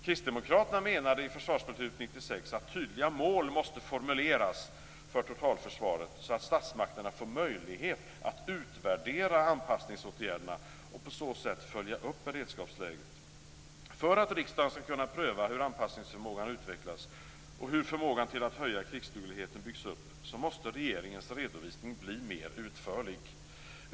Kristdemokraterna menade i Försvarsbeslut 96 att tydliga mål måste formuleras för totalförsvaret, så att statsmakterna får möjlighet att utvärdera anpassningsåtgärderna och på så sätt följa upp beredskapsläget. För att riksdagen skall kunna pröva hur anpassningsförmågan utvecklas och hur förmågan att höja krigsdugligheten byggs upp måste regeringens redovisning bli mer utförlig.